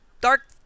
dark